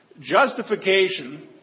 Justification